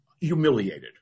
humiliated